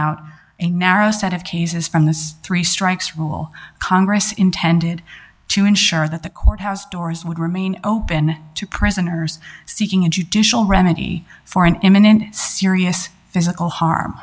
out a narrow set of cases from the three strikes rule congress intended to ensure that the courthouse doors would remain open to prisoners seeking and you do shall remedy for an imminent serious physical harm